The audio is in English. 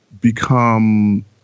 become